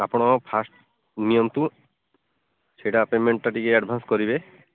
ଆପଣ ଫାଷ୍ଟ ନିଅନ୍ତୁ ସେଇଟା ପେମେଣ୍ଟଟା ଟିକିଏ ଆଡ଼ଭାନ୍ସ କରିବେ